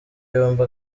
yombi